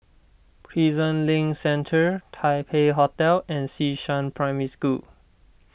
Prison Link Centre Taipei Hotel and Xishan Primary School